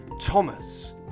Thomas